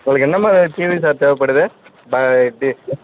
உங்களுக்கு என்ன மாதிரி டிவி சார் தேவைப்படுது ட டி